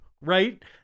right